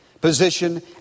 position